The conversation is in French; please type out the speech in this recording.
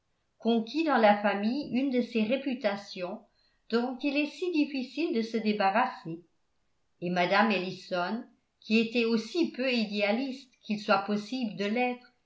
conquis dans la famille une de ces réputations dont il est si difficile de se débarrasser et mme ellison qui était aussi peu idéaliste qu'il soit possible de l'être